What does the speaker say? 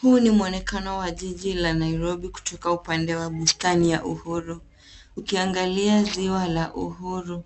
Huu ni mwonekano wa jiji la Nairobi kutoka upande wa Bustani ya Uhuru. Ukiangalia ziwa la Uhuru,